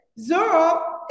zero